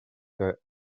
que